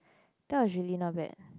that was really not bad